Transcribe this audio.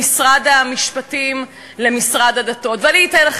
למה רק אורן?